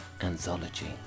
Anthology